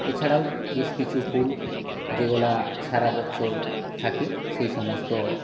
এছাড়াও বেশ কিছু ফুল যেগুলো সারা বছর থাকে সেই সমস্ত